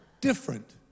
different